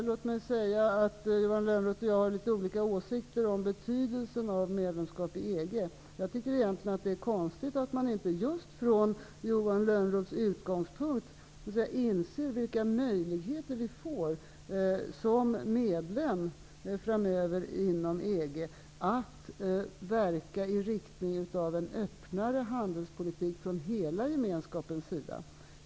Herr talman! Johan Lönnroth och jag har litet olika åsikter om betydelsen av medlemskap i EG. Jag tycker egentligen att det är konstigt att man inte just från Johan Lönnroths utgångspunkt inser vilka möjligheter vi framöver som medlemmar inom EG får att verka i riktning mot en öppnare handelspolitik från hela Gemenskapens sida.